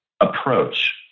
approach